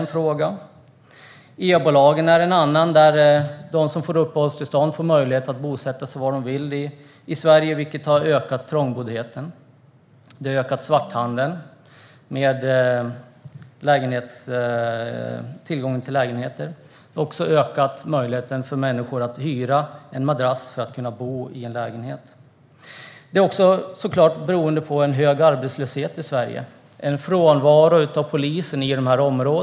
En annan orsak är EBO-lagen, vilken innebär att de som får uppehållstillstånd får möjlighet att bosätta sig var de vill i Sverige. Detta har ökat trångboddheten, svarthandeln med lägenheter och möjligheten för människor att hyra en madrass för att ha en lägenhet att bo i. Det här beror naturligtvis också på en hög arbetslöshet i Sverige och en frånvaro av poliser i dessa områden.